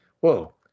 Whoa